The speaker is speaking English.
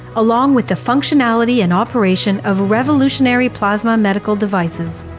along with the functionality and operation of revolutionary plasma medical devices.